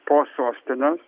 po sostines